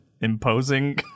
imposing